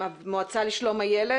למועצה לשלום הילד.